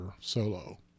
Solo